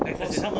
cause